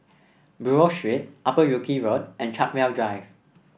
Buroh Street Upper Wilkie Road and Chartwell Drive